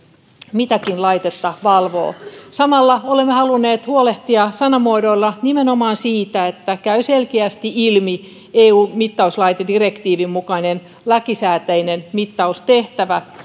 mitäkin laitetta valvoo samalla olemme halunneet huolehtia sanamuodoilla nimenomaan siitä että käy selkeästi ilmi eu mittauslaitedirektiivin mukainen lakisääteinen mittaustehtävä